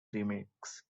remix